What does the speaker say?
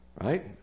right